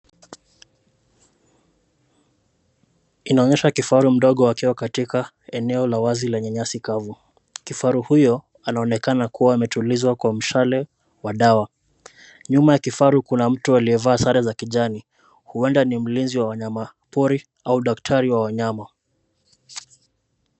Inaonyesha kifaru mdogo akiwa katika, eneo la wazi lenye nyasi kavu, kifaru huyo, anaonekana kuwa ametulizwa kwa mshale, wa dawa, nyuma ya kifaru kuna mtu aliyevaa sare za kijani, huenda ni mlinzi wa wanyama pori au daktari wa wanyama.